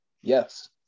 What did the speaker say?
Yes